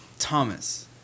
Thomas